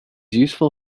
useful